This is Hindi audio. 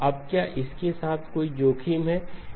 अब क्या इसके साथ कोई जोखिम है